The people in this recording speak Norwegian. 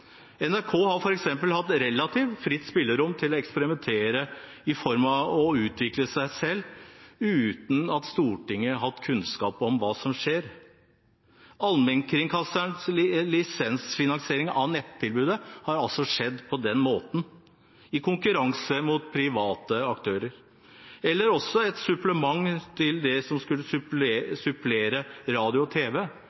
NRK har f.eks. hatt relativt fritt spillerom til å eksperimentere og utvikle seg uten at Stortinget har hatt kunnskap om hva som skjer. Allmennkringkasterens lisensfinansierte nettilbud har altså skjedd på den måten – i konkurranse med private aktører eller også som et supplement til radio og tv, som